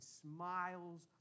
smiles